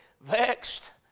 vexed